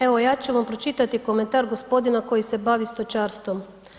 Evo ja ću vam pročitati komentar gospodina koji se bavi stočarstvom.